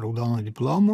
raudonu diplomu